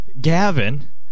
Gavin